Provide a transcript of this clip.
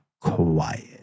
quiet